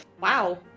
Wow